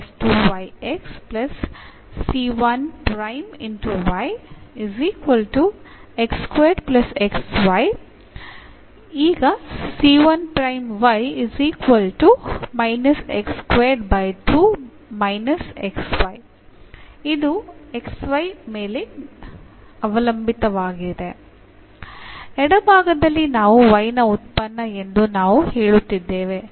ಆದ್ದರಿಂದ ಎಡಭಾಗದಲ್ಲಿ ಇದು y ನ ಉತ್ಪನ್ನ ಎಂದು ನಾವು ಹೇಳುತ್ತಿದ್ದೇವೆ